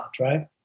right